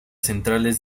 centrales